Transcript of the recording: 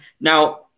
Now